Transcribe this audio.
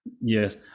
Yes